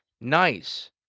Nice